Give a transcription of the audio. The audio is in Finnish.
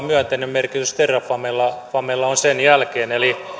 myönteinen merkitys terrafamella on sen jälkeen